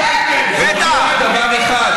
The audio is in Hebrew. מוכיח דבר אחד,